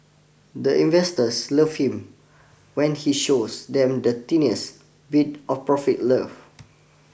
the investors love him when he shows them the tiniest bit of profit love